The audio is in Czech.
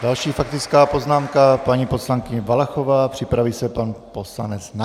Další faktická poznámka, paní poslankyně Valachová, připraví se pan poslanec Nacher.